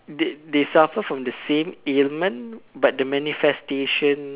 they they suffer from the ailment but the manifestation